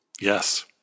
Yes